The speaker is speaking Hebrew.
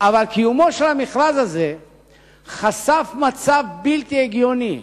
אבל קיומו של המכרז הזה חשף מצב בלתי הגיוני,